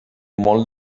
molt